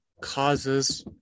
causes